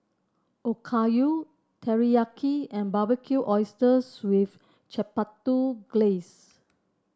Okayu Teriyaki and Barbecued Oysters with Chipotle Glaze